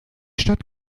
stadt